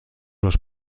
los